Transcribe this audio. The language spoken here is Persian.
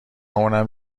اونم